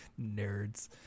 Nerds